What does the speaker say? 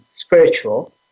spiritual